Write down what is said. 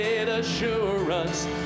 assurance